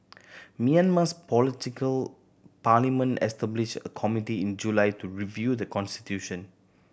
Myanmar's political parliament established a committee in July to review the constitution